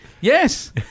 Yes